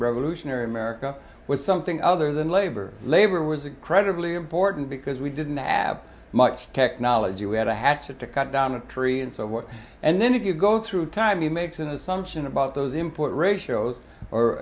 revolutionary america was something other than labor labor was incredibly important because we didn't i have much technology we had a hatchet to cut down a tree and so what and then if you go through time you makes an assumption about those import ratios